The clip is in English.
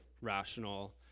rational